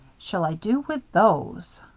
shall i do with those?